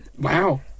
Wow